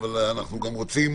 אבל אנחנו גם רוצים